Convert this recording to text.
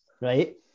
right